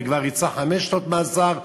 שכבר ריצה חמש שנות מאסר,